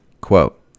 Quote